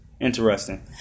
Interesting